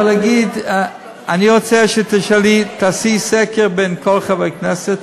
אבל להגיד, אני רוצה שתעשי סקר בין כל חברי הכנסת,